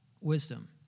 wisdom